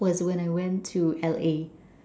was when I went to L_A